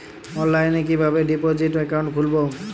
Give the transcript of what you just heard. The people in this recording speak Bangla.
অনলাইনে কিভাবে ডিপোজিট অ্যাকাউন্ট খুলবো?